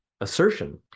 assertion